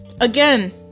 again